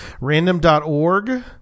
Random.org